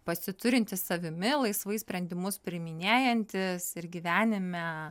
pasiturintis savimi laisvai sprendimus priiminėjantis ir gyvenime